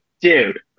dude